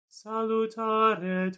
salutare